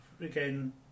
again